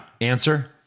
Answer